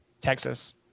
Texas